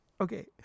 okay